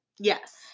Yes